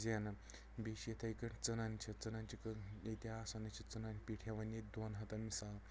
زینان بیٚیہِ چھِ یِتھٕے کٔنۍ ژٕنن چھِ ژٕنن چھِ ییٚتہِ آسان أسۍ چھِ ژٕنن پیٖٹ ہٮ۪وان ییٚتہِ دۄن ہتن مِثال